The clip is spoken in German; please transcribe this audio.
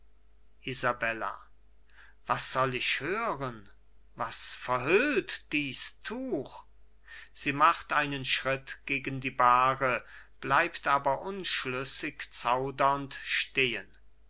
was soll ich hören was verhüllt dies tuch sie macht einen schritt gegen die bahre bleibt aber unschlüssig zaudernd stehen